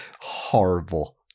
horrible